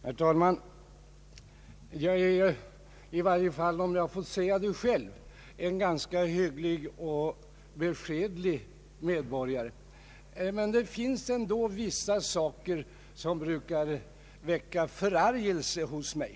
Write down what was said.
Herr talman! Jag är, i varje fall om jag får säga det själv, en ganska hygglig och beskedlig medborgare, men det finns ändå vissa saker som brukar väcka förargelse hos mig.